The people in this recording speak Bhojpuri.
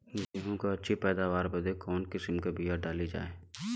गेहूँ क अच्छी पैदावार बदे कवन किसीम क बिया डाली जाये?